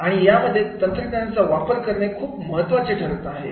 आणि यामध्ये तंत्रज्ञानाचा वापर करणे खूप खूप महत्त्वाचे ठरत आहे